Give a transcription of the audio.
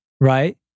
right